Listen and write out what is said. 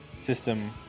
system